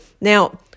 Now